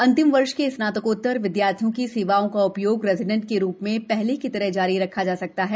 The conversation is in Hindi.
अंतिम वर्ष के स्नातकोत्तर विदयार्थियों की सेवाओं का उ योग रेजिडेंट के रू में हले की तरह जारी रखा जा सकता है